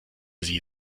sie